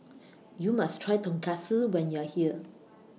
YOU must Try Tonkatsu when YOU Are here